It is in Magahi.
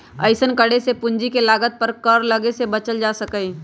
अइसन्न करे से पूंजी के लागत पर कर लग्गे से बच्चल जा सकइय